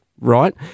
right